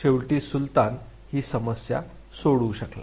शेवटी सुलतान ही समस्या सोडवू शकला